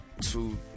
two